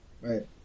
Right